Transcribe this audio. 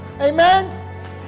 Amen